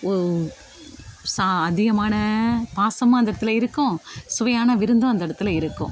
அதிகமான பாசமும் அந்த இடத்துல இருக்கும் சுவையான விருந்தும் அந்த இடத்துல இருக்கும்